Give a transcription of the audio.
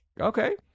Okay